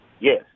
Yes